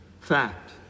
Fact